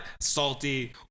salty